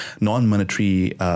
non-monetary